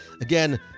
Again